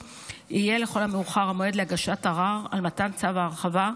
יהיה לכל המאוחר המועד להגשת ערר על מתן צו ההרחבה,